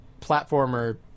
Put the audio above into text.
platformer